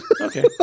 Okay